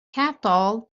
capital